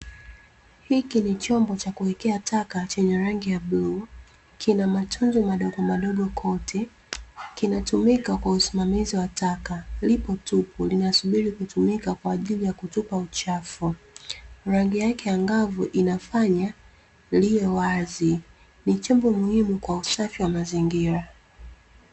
Hiki ni chombo cha kuwekea taka chenye rangi ya bluu, kina matundu madogo madogo kote, kinatumika kwa usimamizi wa taka. Lipo tupu linasubiri kutumika kwa ajili ya kutupa uchafu. Rangi yake angavu inafanya liwe wazi, ni chombo muhimu kwa usafi wa mazingira.